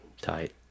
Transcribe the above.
Tight